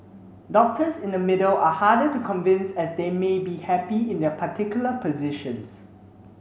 doctors in the middle are harder to convince as they may be happy in their particular positions